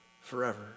forever